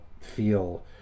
feel